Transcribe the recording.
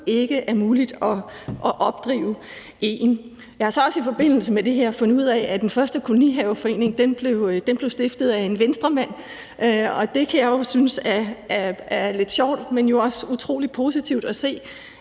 ikke muligt at opdrive en. Jeg har så også i forbindelse med det her fundet ud af, at den første kolonihaveforening blev stiftet af en Venstremand, og det kan jeg synes er lidt sjovt, men det er jo også utrolig positivt at se,